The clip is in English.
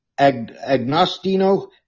agnostino